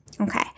okay